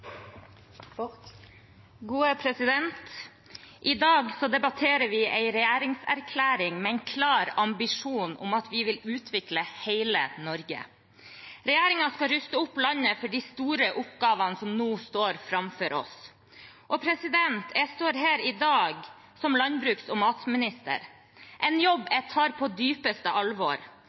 I dag debatterer vi en regjeringserklæring med en klar ambisjon om at vi vil utvikle hele Norge. Regjeringen skal ruste landet for de store oppgavene som nå står framfor oss. Jeg står her i dag som landbruks- og matminister, en jobb jeg tar på dypeste alvor.